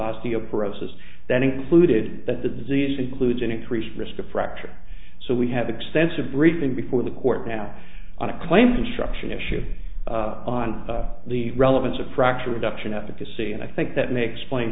osteo process that included that the disease includes an increased risk of fracture so we have extensive briefing before the court now on a claim construction issue on the relevance of fracture reduction advocacy and i think that may explain